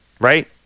right